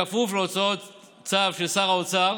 בכפוף להוצאת צו של שר האוצר